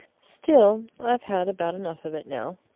still, i've had about enough of it now.